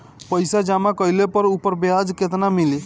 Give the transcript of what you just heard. पइसा जमा कइले पर ऊपर ब्याज केतना मिली?